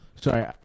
Sorry